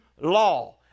law